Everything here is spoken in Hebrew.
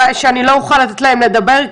שאני לא אוכל לתת להם לדבר,